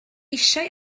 eisiau